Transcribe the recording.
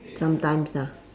sometimes lah